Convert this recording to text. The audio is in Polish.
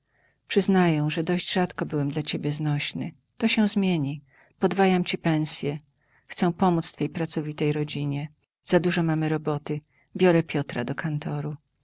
przyznaję że dość rzadko byłem dla ciebie znośny to się zmieni podwajam ci pensję chcę pomódz twej pracowitej rodzinie za dużo mamy roboty biorę piotra do kantoru